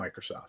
Microsoft